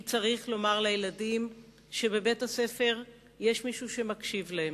כי צריך לומר לילדים שבבית-הספר יש מישהו שמקשיב להם,